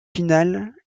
final